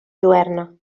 lluerna